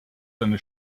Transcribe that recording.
seine